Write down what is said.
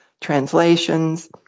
translations